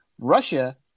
Russia